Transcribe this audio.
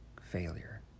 failure